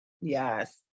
yes